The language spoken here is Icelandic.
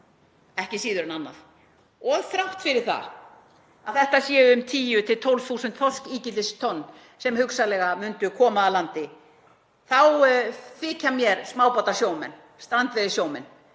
ekki síður en annað. Og þrátt fyrir að þetta séu um 10.000–12.000 þorskígildistonn sem hugsanlega myndu koma að landi þykja mér smábátasjómenn, strandveiðisjómenn